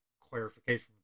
clarification